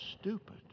stupid